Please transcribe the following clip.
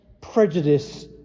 prejudice